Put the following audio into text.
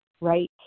right